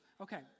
Okay